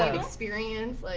experience. like